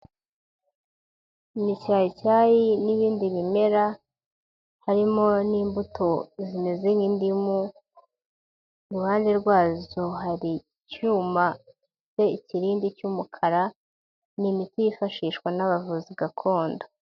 Imicyayicyayi n'ibindi bimera, harimo n'imbuto zimeze nk'indimu, ruhande rwazo hari icyuma gifite ikiriindi cy'umukara, ni imiti yifashishwa n'abavuzi gakondo.